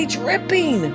dripping